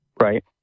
Right